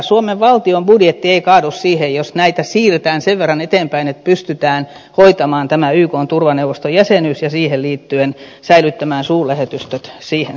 suomen valtion budjetti ei kaadu siihen jos näitä siirretään sen verran eteenpäin että pystytään hoitamaan tämä ykn turvaneuvoston jäsenyys ja siihen liittyen säilyttämään suurlähetystöt siihen saakka